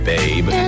Babe